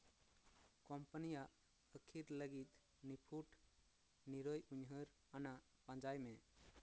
ᱠᱳᱢᱯᱤᱱᱤᱭᱟᱜ ᱟᱹᱠᱷᱤᱨ ᱞᱟᱹᱜᱤᱫ ᱱᱤᱯᱷᱩᱴ ᱱᱤᱨᱟᱹᱭ ᱩᱱᱩᱭᱦᱟᱹᱨ ᱟᱱᱟᱜ ᱯᱟᱸᱡᱟᱭ ᱢᱮ